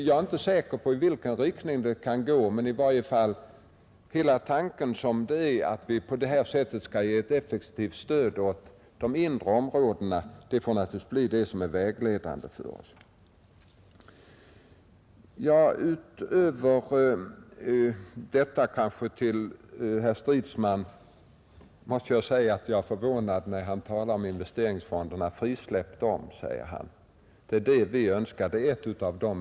Jag är inte säker på i vilken riktning ändringarna skall gå, men tanken att vi skall ge effektivt stöd även åt det inre området bör vara vägledande. Till herr Stridsman måste jag säga att det förvånade mig när han talade om investeringsfonderna. Frisläpp dem! sade han.